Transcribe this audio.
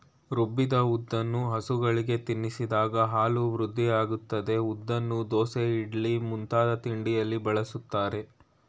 ರುಬ್ಬಿದ ಉದ್ದನ್ನು ಹಸುಗಳಿಗೆ ತಿನ್ನಿಸಿದಾಗ ಹಾಲು ವೃದ್ಧಿಯಾಗ್ತದೆ ಉದ್ದನ್ನು ದೋಸೆ ಇಡ್ಲಿ ಮುಂತಾದ ತಿಂಡಿಯಲ್ಲಿ ಬಳಸ್ತಾರೆ